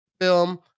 film